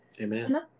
amen